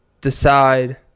decide